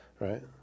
Right